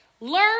learn